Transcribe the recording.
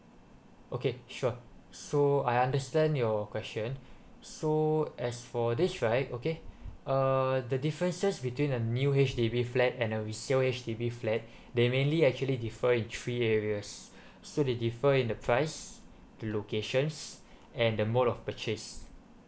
okay sure so I understand your question so as for this right okay uh the differences between a new H_D_B flat and a resale H_D_B flat they mainly actually defer in three areas so they differ in the price locations and the mode of purchase